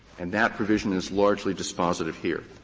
and that provision is largely dispositive here.